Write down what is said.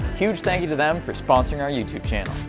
huge thank you to them for sponsoring our youtube channel!